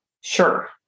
Sure